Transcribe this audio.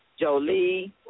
Jolie